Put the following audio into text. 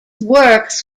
works